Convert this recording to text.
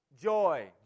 Joy